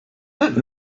that